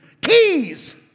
Keys